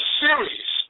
series